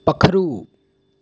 पक्खरू